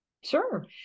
Sure